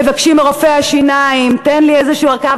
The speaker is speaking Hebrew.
מבקשים מרופא השיניים: תן לי איזושהי ארכה,